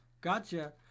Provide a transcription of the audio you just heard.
Gotcha